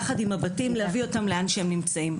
יחד עם הבתים להביא אותם לאן שהם נמצאים.